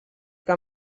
que